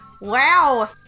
Wow